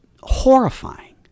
horrifying